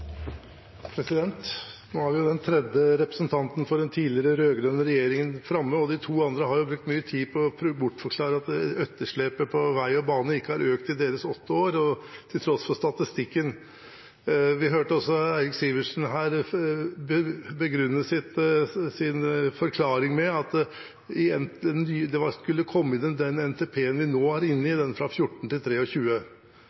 for den tidligere rød-grønne regjeringen framme. De to andre har brukt mye tid på å bortforklare at etterslepet på vei og bane økte i deres åtte år, til tross for statistikken. Vi hørte også Eirik Sivertsen her begrunne sin forklaring med at det skulle komme i NTP-en for den perioden vi nå er inne i,